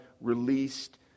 released